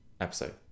episode